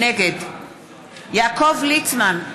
נגד יעקב ליצמן,